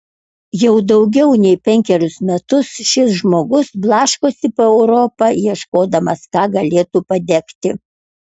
jau daugiau nei penkerius metus šis žmogus blaškosi po europą ieškodamas ką galėtų padegti